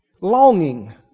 longing